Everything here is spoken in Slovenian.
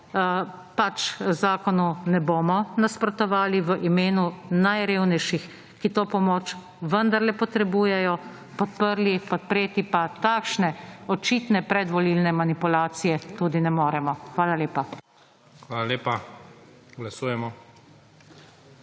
pač zakonu ne bomo nasprotovali v imenu najrevnejših, ki to pomoč vendarle potrebujejo, podprli, podpreti pa takšne očitne predvolilne manipulacije tudi ne moremo. Hvala lepa. **PREDSEDNIK